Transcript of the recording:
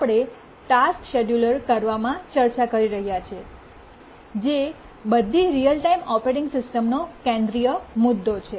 આપણે task schedule કરવામાં ચર્ચા કરી રહ્યા છીએ જે બધી રીઅલ ટાઇમ ઓપરેટિંગ સિસ્ટમ્સનો કેન્દ્રિય મુદ્દો છે